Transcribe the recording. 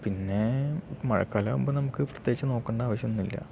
പിന്നെ മഴക്കാലം ആകുമ്പോൾ നമുക്ക് പ്രത്യേകിച്ചു നോക്കേണ്ട ആവിശ്യം ഒന്നുമില്ല